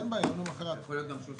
זה יכול להיות גם 36 שעות.